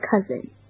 cousin